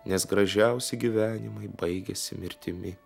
nes gražiausi gyvenimai baigiasi mirtimi